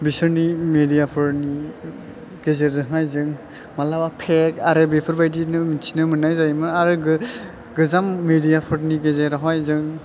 बिसोरनि मेदियाफोरनि गेजेरजोंहाय जों मालाबा फेक आरो बेफोरबायदिनो मिथिनो मोननाय जायोमोन आरो गोजाम मेदियाफोरनि गेजेरावहाय जों